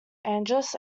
angeles